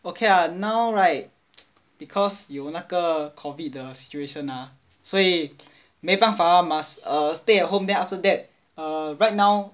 okay lah now right because 有那个 COVID 的 situation ah 所以没办法 lor must err stay at home then after that right now